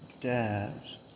dabs